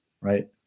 right